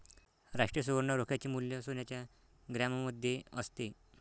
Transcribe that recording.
राष्ट्रीय सुवर्ण रोख्याचे मूल्य सोन्याच्या ग्रॅममध्ये असते